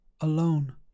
alone